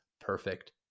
perfect